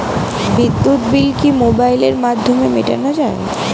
বিদ্যুৎ বিল কি মোবাইলের মাধ্যমে মেটানো য়ায়?